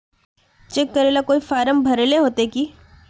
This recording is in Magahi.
चेक करेला कोई फारम भरेले होते की?